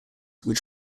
which